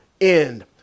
end